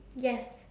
yes